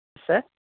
sir